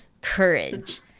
courage